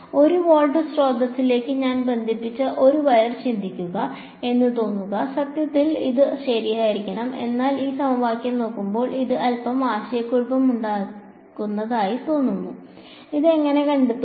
1 volt സ്രോതസ്സിലേക്ക് ഞാൻ ബന്ധിപ്പിച്ച ഒരു വയർ ചിന്തിക്കുക എന്ന് തോന്നുന്നു തത്വത്തിൽ അത് ശരിയായിരിക്കണം എന്നാൽ ഈ സമവാക്യം നോക്കുമ്പോൾ ഇത് അൽപ്പം ആശയക്കുഴപ്പമുണ്ടാക്കുന്നതായി തോന്നുന്നു ഇത് എങ്ങനെ കണ്ടെത്തും